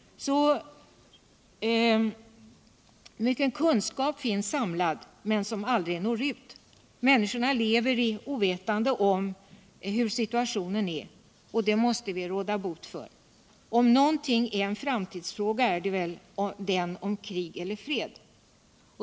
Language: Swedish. Mycken kunskap finns samlad. men den når inte ut. Människorna lever ovetande om hur situationen är, och det måste vi råda bot för. Om någonting är en framtidstråga så är det väl den om krig eller fred.